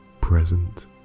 present